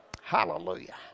Hallelujah